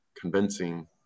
convincing